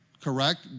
correct